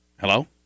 Hello